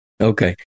okay